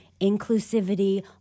inclusivity